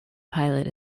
pilot